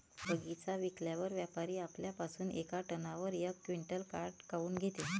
बगीचा विकल्यावर व्यापारी आपल्या पासुन येका टनावर यक क्विंटल काट काऊन घेते?